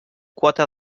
quota